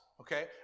okay